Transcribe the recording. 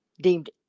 deemed